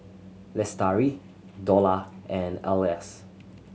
Lestari Dollah and Elyas